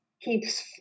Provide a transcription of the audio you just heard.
keeps